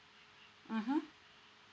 mmhmm